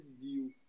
view